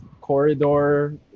corridor